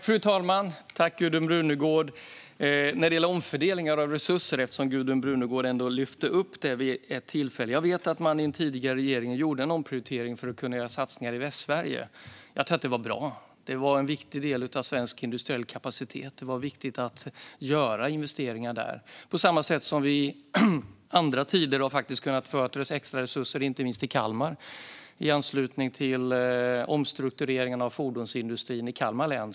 Fru talman! Jag tackar Gudrun Brunegård för detta. När det gäller omfördelningar av resurser, som Gudrun Brunegård lyfte fram, vet jag att en tidigare regering gjorde en omprioritering för att kunna göra satsningar i Västsverige. Jag tror att det var bra. Det var en viktig del av svensk industriell kapacitet. Det var viktigt att göra investeringar där. På samma sätt har vi vid andra tillfällen faktiskt kunnat föra över extra resurser inte minst till Kalmar i anslutning till omstruktureringen av fordonsindustrin i Kalmar län.